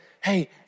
hey